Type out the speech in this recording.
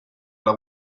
alla